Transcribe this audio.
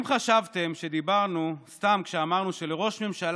אם חשבתם שדיברנו סתם כשאמרנו שלראש ממשלה